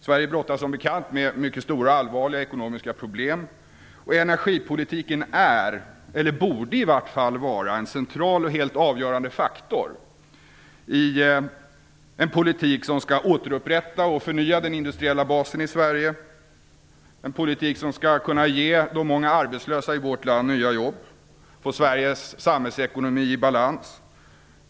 Sverige brottas som bekant med mycket stora allvarliga ekonomiska problem, och energipolitiken är eller borde i vart fall vara en central och helt avgörande faktor i en politik som skall återupprätta och förnya den industriella basen i Sverige, ge de många arbetslösa i vårt land nya jobb och få Sveriges samhällsekonomi i balans.